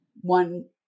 one